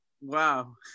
Wow